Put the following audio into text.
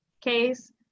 case